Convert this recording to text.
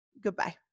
Goodbye